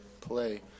play